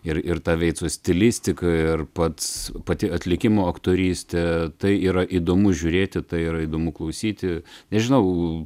ir ir tą veico stilistiką ir pats pati atlikimo aktorystė tai yra įdomu žiūrėti tai yra įdomu klausyti nežinau